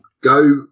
go